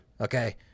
Okay